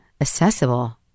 accessible